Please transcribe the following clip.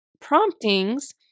promptings